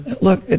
look